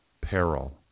peril